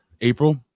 April